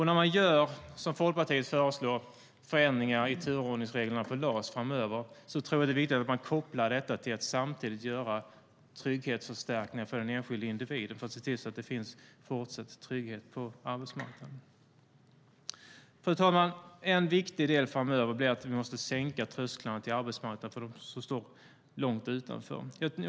När man, som Folkpartiet föreslår, gör förändringar i turordningsreglerna för LAS framöver tror jag att det är viktigt att man kopplar detta till att samtidigt göra trygghetsförstärkningar för den enskilde individen för att se till att det finns fortsatt trygghet på arbetsmarknaden. Fru talman! En viktig del framöver är att vi måste sänka trösklarna till arbetsmarknaden för dem som står långt utanför.